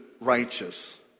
righteous